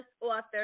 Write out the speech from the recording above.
author